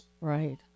Right